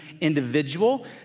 individual